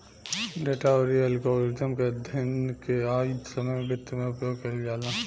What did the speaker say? data अउरी algorithm के अध्ययन आज के समय में वित्त में उपयोग कईल जाला